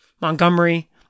Montgomery